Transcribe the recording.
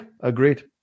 agreed